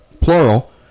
plural